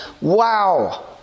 wow